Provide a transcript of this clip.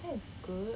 that's good